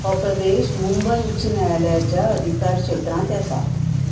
हो प्रदेश मुंबय उच्च न्यायालयाच्या अधिकार क्षेत्रांत येता